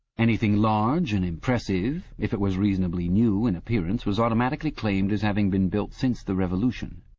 anything large and impressive, if it was reasonably new in appearance, was automatically claimed as having been built since the revolution,